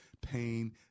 pain